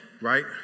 right